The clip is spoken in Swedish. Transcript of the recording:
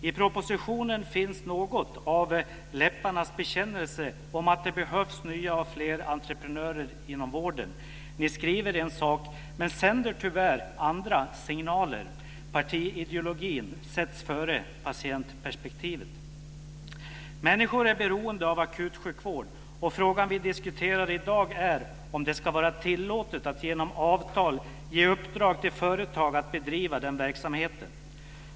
I propositionen finns något av läpparnas bekännelse om att det behövs nya och fler entreprenörer inom vården. Ni skriver en sak men sänder tyvärr andra signaler. Partiideologin sätts före patientperspektivet. Människor är beroende av akutsjukvård, och frågan vi diskuterar i dag är om det ska vara tillåtet att genom avtal ge i uppdrag till företag att bedriva den verksamheten.